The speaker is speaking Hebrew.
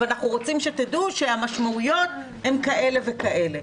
אבל אנחנו רוצים שתדעו שהמשמעויות הן כאלה וכאלה'.